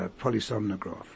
polysomnograph